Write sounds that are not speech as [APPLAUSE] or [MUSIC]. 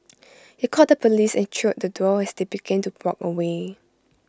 [NOISE] he called the Police and trailed the duo as they began to walk away